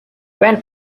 van